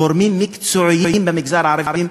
גורמים מקצועיים במגזר הערבי,